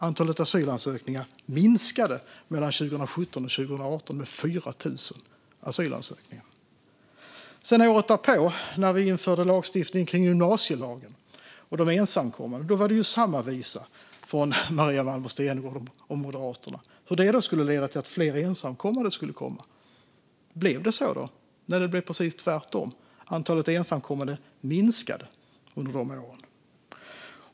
Antalet asylansökningar minskade mellan 2017 och 2018 med 4 000. Året därpå, när vi införde gymnasielagen och lagstiftningen om de ensamkommande, var det samma visa från Maria Malmer Stenergard och Moderaterna om hur detta skulle leda till att fler ensamkommande skulle komma. Blev det så? Nej, det blev precis tvärtom. Antalet ensamkommande minskade under de följande åren.